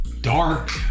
dark